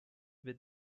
with